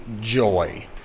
joy